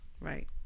Right